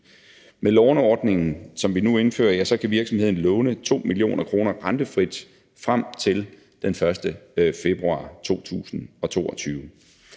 Med låneordningen, som vi nu indfører, kan virksomheden låne 2 mio. kr. rentefrit frem til den 1. februar 2022.